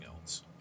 else